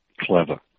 clever